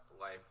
life